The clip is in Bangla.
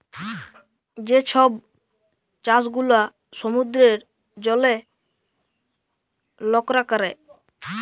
যে ছব চাষ গুলা সমুদ্রের জলে লকরা ক্যরে